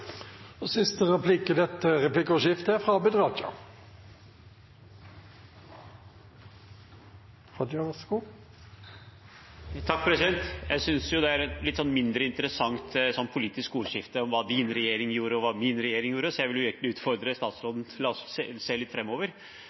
Jeg synes det er et mindre interessant politisk ordskifte om hva din regjering gjorde, og hva min regjering gjorde, så jeg vil egentlig utfordre statsråden til å se litt